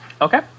Okay